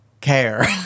care